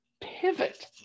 pivot